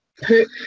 put